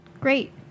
Great